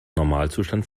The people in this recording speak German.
normalzustand